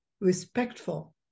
respectful